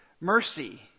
Mercy